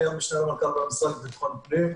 אני המשנה למנכ"ל המשרד לביטחון הפנים,